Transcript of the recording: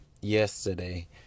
yesterday